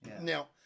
Now